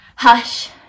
Hush